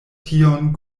tion